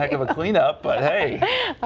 i mean up, but hey.